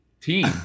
team